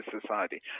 society